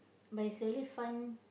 but it's really fun